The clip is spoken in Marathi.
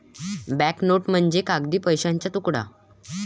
बँक नोट म्हणजे कागदी पैशाचा तुकडा